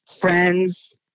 friends